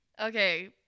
Okay